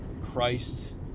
Christ